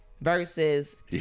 versus